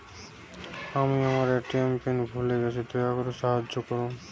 আমি আমার ATM PIN ভুলে গেছি, দয়া করে সাহায্য করুন